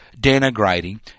denigrating